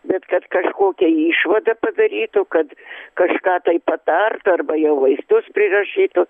bet kad kažkokią išvadą padarytų kad kažką tai patart arba jau vaistus prirašytų